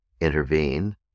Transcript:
intervene